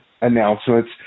announcements